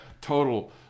total